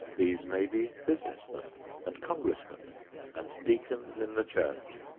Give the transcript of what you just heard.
these may be business men and congressmen and deacons in the church.